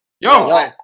yo